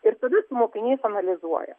ir tada su mokiniais analizuoja